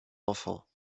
enfants